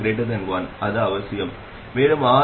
தானே டிரான்சிஸ்டர்